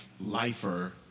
lifer